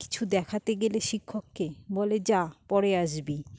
কিছু দেখাতে গেলে শিক্ষককে বলে যা পরে আসবি